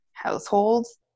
households